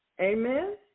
Amen